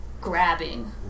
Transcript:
grabbing